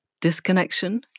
disconnection